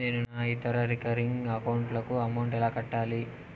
నేను నా ఇతర రికరింగ్ అకౌంట్ లకు అమౌంట్ ఎలా కట్టాలి?